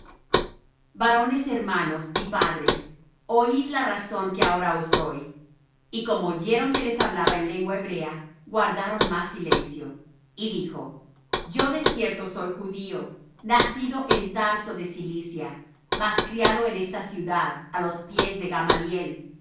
varones hermanos y padres oid la razón que ahora os doy y como oyeron que les hablaba en lengua hebrea guardaron más silencio y dijo yo de cierto soy judío nacido en tarso de cilicia mas criado en esta ciudad á los pies de gamaliel enseñado conforme á